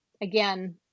again